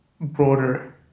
broader